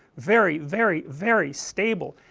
very, very, very stable.